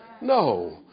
No